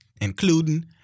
including